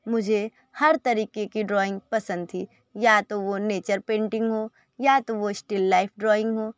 मुझे हर तरीके की ड्रॉइंग पसंद थी या तो वो नेचर पेंटिंग हो या तो स्टिल्ल लाइफ ड्रॉइंग हो